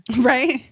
Right